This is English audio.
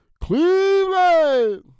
Cleveland